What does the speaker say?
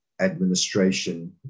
administration